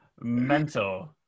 Mentor